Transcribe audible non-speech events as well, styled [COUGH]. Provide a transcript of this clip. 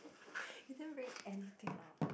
[LAUGHS] you didn't bring anything out